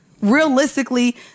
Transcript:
realistically